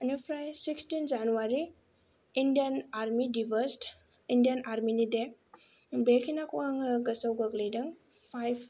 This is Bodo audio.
बेनिफ्राय सिक्सटिन जानुवारि इण्डियान आर्मि दिबस इम्डियान आर्मि डे बेखिनिखौ आं गोसोआव गोग्लैदों फाइभ